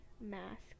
mask